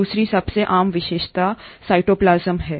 दूसरी सबसे आम विशेषता साइटोप्लाज्म है